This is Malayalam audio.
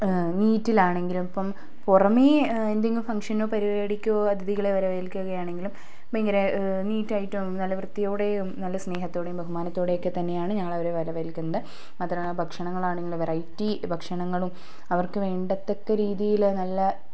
നീറ്റിലാണെങ്കിലും ഇപ്പം പുറമെ എന്തെങ്കിലും ഫങ്ങ്ഷനോ പരിപാടിക്കോ അതിഥികളെ വരവേൽക്കുകയാണെങ്കിൽ ഭയങ്കര നീറ്റ് ആയിട്ടും നല്ല വൃത്തിയോടെയും നല്ല സ്നേഹത്തോടെയും ബഹുമാനത്തോടെയുമൊക്കെത്തന്നെയാണ് ഞങ്ങളവരെ വരവേൽക്കുന്നത് മാത്രമല്ല ഭക്ഷണങ്ങളാണെങ്കിലും വെറൈറ്റി ഭക്ഷണങ്ങളും അവർക്ക് വേണ്ടാത്തക്ക രീതിയലെ നല്ല